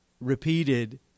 repeated